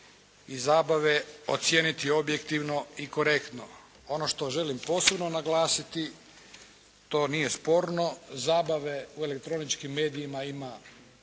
Zabave u elektroničkim medijima ima